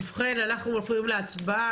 ובכן, אנחנו עוברים להצבעה.